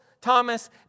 Thomas